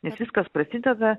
nes viskas prasideda